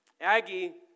Aggie